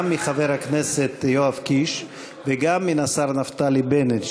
גם מחבר הכנסת יואב קיש וגם מהשר נפתלי בנט,